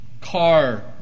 car